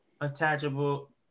attachable